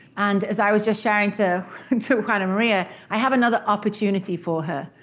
and as i was just sharing to and to juana maria, i have another opportunity for her.